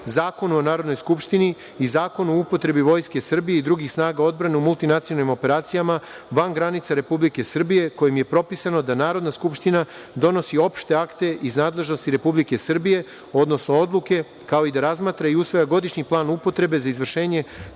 Zakonu o Narodnoj skupštini i Zakonu o upotrebi Vojske Srbije i drugih snaga odbrane u multinacionalnim operacijama van granica Republike Srbije, kojim je propisano da Narodna skupština donosi opšte akte iz nadležnosti Republike Srbije, odnosno odluke, kao i da razmatra i uslove godišnjeg plana upotrebe za izvršenje